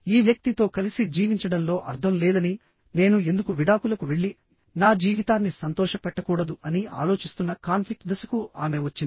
ఈ వ్యక్తితో కలిసి జీవించడంలో అర్థం లేదని నేను ఎందుకు విడాకులకు వెళ్లి నా జీవితాన్ని సంతోషపెట్టకూడదు అని ఆలోచిస్తున్న కాన్ఫ్లిక్ట్ దశకు ఆమె వచ్చింది